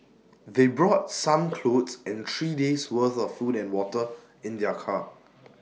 they brought some clothes and three days worth of food and water in their car